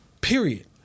Period